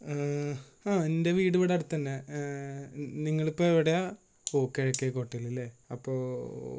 ആ എൻ്റെ വീട് ഇവിടെ അടുത്ത് തന്നെ നിങ്ങളിപ്പം എവിടെയാണ് ഓ കിഴക്കേക്കോട്ടയിൽ അല്ലെ അപ്പോൾ